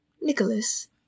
Nicholas